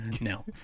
No